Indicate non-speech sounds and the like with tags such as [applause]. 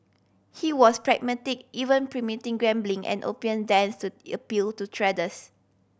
he was pragmatic even permitting gambling and opium dens to [unintelligible] appeal to traders